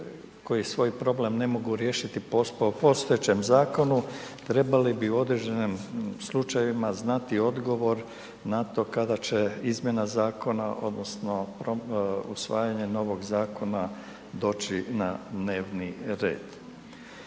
koji svoj problem ne mogu riješiti postao u postojećem zakonu, trebali bi u određenim slučajevima znati odgovor na to kada će izmjena zakona odnosno usvajanje novog zakona doći na dnevni red.